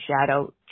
shadow